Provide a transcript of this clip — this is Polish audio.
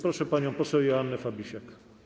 Proszę panią poseł Joannę Fabisiak.